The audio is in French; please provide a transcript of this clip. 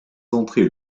entrer